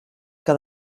que